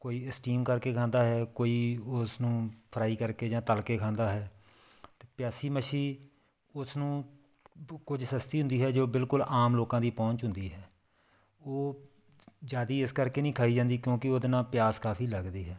ਕੋਈ ਸਟੀਮ ਕਰਕੇ ਖਾਂਦਾ ਹੈ ਕੋਈ ਉਸ ਨੂੰ ਫਰਾਈ ਕਰਕੇ ਜਾਂ ਤਲਕੇ ਖਾਂਦਾ ਹੈ ਪਿਆਸੀ ਮੱਛੀ ਉਸ ਨੂੰ ਕੁਝ ਸਸਤੀ ਹੁੰਦੀ ਹੈ ਜੋ ਬਿਲਕੁਲ ਆਮ ਲੋਕਾਂ ਦੀ ਪਹੁੰਚ ਹੁੰਦੀ ਹੈ ਉਹ ਜ਼ਿਆਦਾ ਇਸ ਕਰਕੇ ਨਹੀਂ ਖਾਈ ਜਾਂਦੀ ਕਿਉਂਕਿ ਉਹਦੇ ਨਾਲ ਪਿਆਸ ਕਾਫ਼ੀ ਲੱਗਦੀ ਹੈ